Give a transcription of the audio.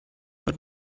but